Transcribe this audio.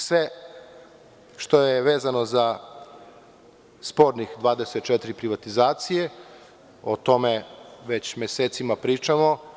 Sve što je vezano za spornih 24 privatizacije, o tome već mesecima pričamo.